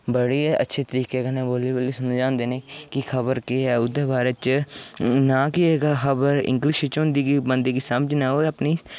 बड़े गै अच्छे तरीके कन्नै बोल्ली बोल्ली समझांदे न कि खबर केह् ऐ ओह्दे बारे च नां कि खबर इंगलिश बिच होंदी कि बंदे गी समझ निं आवै ओह् अपनी